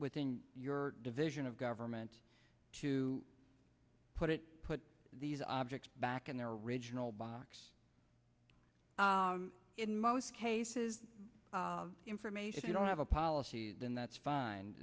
within your division of government to put it put these objects back in their original box in most cases information you don't have a policy then that's fine